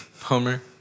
Homer